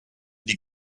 die